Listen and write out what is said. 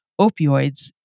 opioids